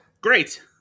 great